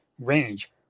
range